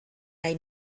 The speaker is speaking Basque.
nahi